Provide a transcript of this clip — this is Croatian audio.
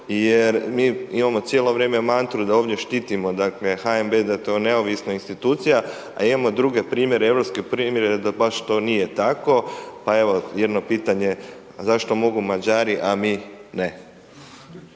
Jer mi imamo cijelo vrijeme mantru da ovdje štitimo dakle HNB, da je to neovisna institucija. A imamo druge primjere, europske primjere da baš to nije tako. Pa evo, jedno pitanje zašto mogu Mađari a mi ne?